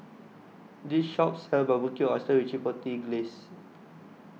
This Shop sells Barbecued Oysters with Chipotle Glaze